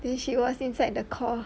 then she was inside the call